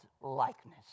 likeness